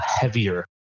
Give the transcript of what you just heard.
heavier